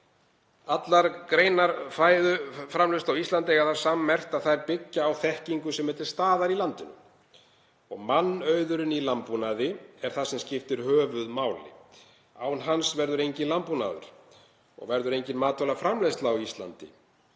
Allar greinar fæðuframleiðslu á Íslandi eiga það sammerkt að þær byggja á þekkingu sem er til staðar í landinu. Mannauðurinn í landbúnaði er það sem skiptir höfuðmáli. Án hans verður enginn landbúnaður og verður engin matvælaframleiðsla á Íslandi.